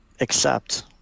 accept